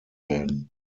werden